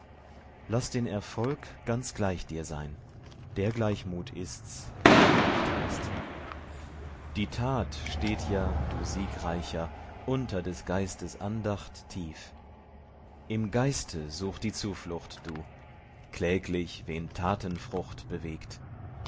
laß den erfolg ganz gleich dir sein der gleichmut ist's der andacht heißt die tat steht ja du siegreicher unter des geistes andacht tief im geiste such die zuflucht du kläglich wen tatenfrucht bewegt